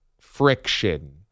friction